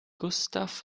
gustav